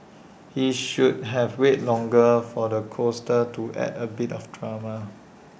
he should have wait longer for the coaster to add A bit of drama